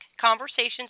conversations